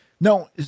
No